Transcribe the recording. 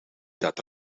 dat